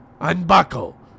Unbuckle